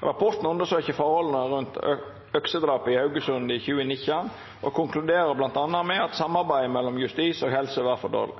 Rapporten fra Ukom undersøker forholdene rundt øksedrapet i Haugesund i 2019 og konkluderer bl.a. med at samarbeidet mellom justis og helse var for dårlig.